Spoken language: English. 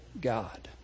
God